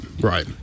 right